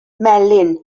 melin